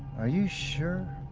are you sure?